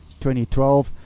2012